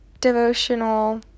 devotional